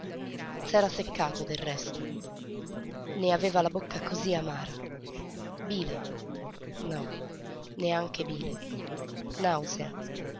s'era seccato del resto ne aveva la bocca cosí amara bile no neanche bile nausea